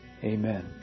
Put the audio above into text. Amen